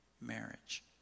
marriage